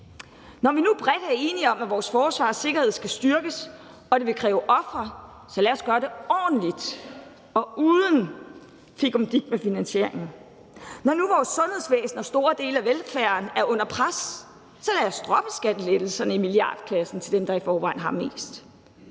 Når vi nu bredt er enige om, at vores forsvar og sikkerhed skal styrkes, og at det vil kræve ofre, så lad os gøre det ordentligt og uden fikumdik med finansieringen. Når nu vores sundhedsvæsen og store dele af velfærden er under pres, så lad os droppe skattelettelserne i milliardklassen til dem, der i forvejen har mest,